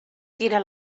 tira